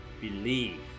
believe